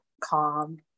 calm